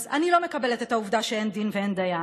אז אני לא מקבלת את העובדה שאין דין ואין דיין.